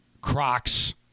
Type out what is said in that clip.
Crocs